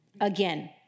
again